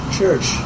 Church